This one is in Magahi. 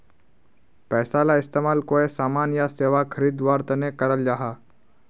पैसाला इस्तेमाल कोए सामान या सेवा खरीद वार तने कराल जहा